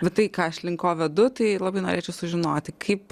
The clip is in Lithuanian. va tai ką aš link ko vedu tai labai norėčiau sužinoti kaip